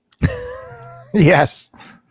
Yes